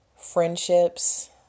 friendships